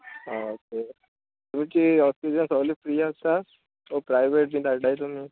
आं ओके तुमची हॉस्पिटलान सोगली फ्री आसता ओ प्रायवेट बी धाडटाय तुमी